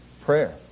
prayer